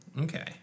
Okay